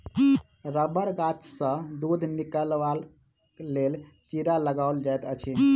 रबड़ गाछसँ दूध निकालबाक लेल चीरा लगाओल जाइत छै